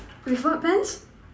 with what pants